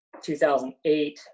2008